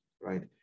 right